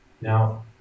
Now